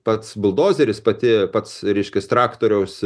pats buldozeris pati pats reiškias traktoriaus